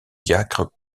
diacre